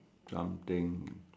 jumping